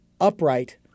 upright